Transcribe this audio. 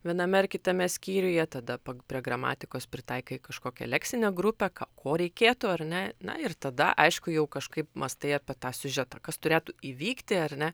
viename ar kitame skyriuje tada prie gramatikos pritaikai kažkokią leksinę grupę ko reikėtų ar ne na ir tada aišku jau kažkaip mąstai apie tą siužetą kas turėtų įvykti ar ne